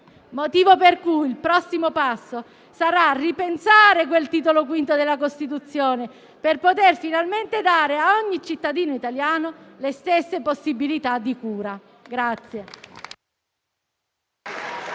motivo per cui il prossimo passo sarà ripensare il Titolo V della Costituzione, per poter dare finalmente a ogni cittadino italiano le stesse possibilità di cura.